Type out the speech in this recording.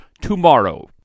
tomorrow